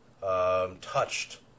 touched